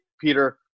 Peter